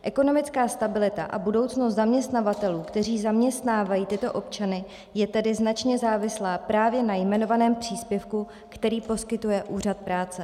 Ekonomická stabilita a budoucnost zaměstnavatelů, kteří zaměstnávají tyto občany, je tedy značně závislá právě na jmenovaném příspěvku, který poskytuje Úřad práce.